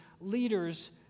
leaders